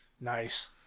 Nice